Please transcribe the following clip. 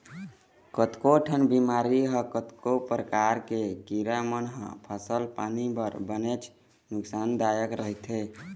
कतको ठन बेमारी ह कतको परकार के कीरा मन ह फसल पानी बर बनेच नुकसान दायक रहिथे